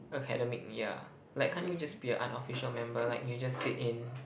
academic year like can't you just be a unofficial member like you just sit in